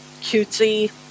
cutesy